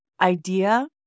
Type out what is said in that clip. idea